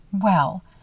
Well